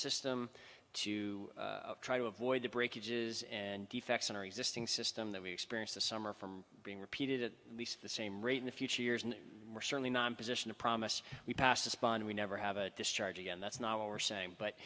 system to try to avoid the breakage is and defects in our existing system that we experience the summer from being repeated at least the same rate in future years and we're certainly not in position to promise we pass despond we never have a discharge again that's not what we're saying but